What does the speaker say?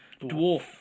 dwarf